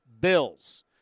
Bills